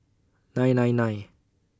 nine nine nine